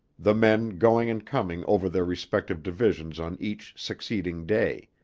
the men going and coming over their respective divisions on each succeeding day.